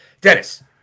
Dennis